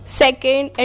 second